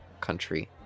country